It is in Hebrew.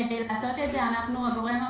כדי לעשות את זה אנחנו הגורם המבצע.